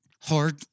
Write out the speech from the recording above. hard